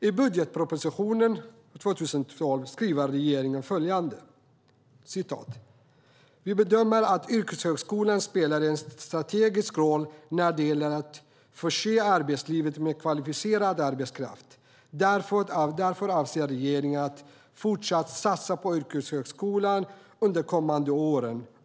I budgetpropositionen för 2012 skriver regeringen följande: Vi bedömer att yrkeshögskolan spelar en strategisk roll när det gäller att förse arbetslivet med kvalificerad arbetskraft. Därför avser regeringen att fortsätta att satsa på yrkeshögskolan under de kommande åren.